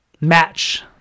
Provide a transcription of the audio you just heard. match